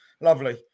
lovely